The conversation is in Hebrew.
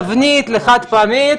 תבנית לחד פעמי,